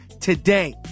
today